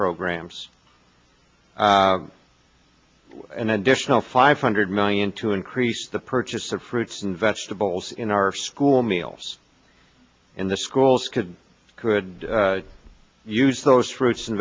programs an additional five hundred million to increase the purchase of fruits and vegetables in our school meals in the schools could could use those fruits and